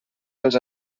dels